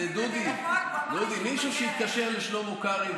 אז דודי, שמישהו יתקשר לשלמה קרעי.